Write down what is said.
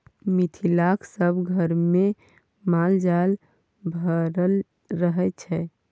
मिथिलाक सभ घरमे माल जाल भरल रहय छै